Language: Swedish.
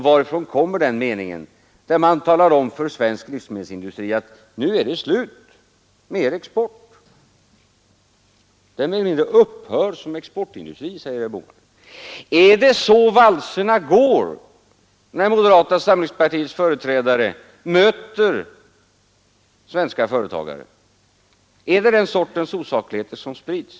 Varför då i en mening tala om för svensk livsmedelsindustri att nu är det slut med er export? Herr Bohman säger att den industrin upphör som exportindustri. Är det så valserna går, när moderata samlingspartiets företrädare möter svenska företagare? Är det den sortens osakligheter som sprids?